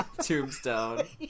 tombstone